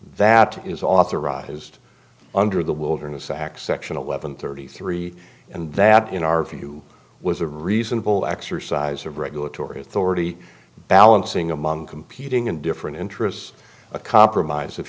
that is authorized under the wilderness acts section eleven thirty three and that in our view was a reasonable exercise of regulatory authority balancing among competing and different interests a compromise if